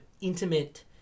intimate